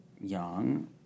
young